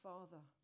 Father